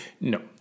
No